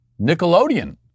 Nickelodeon